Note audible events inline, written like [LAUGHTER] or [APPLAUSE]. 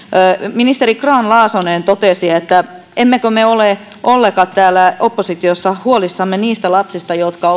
ministeri grahn laasonen totesi että emmekö me täällä oppositiossa ole ollenkaan huolissamme niistä lapsista jotka [UNINTELLIGIBLE]